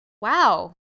wow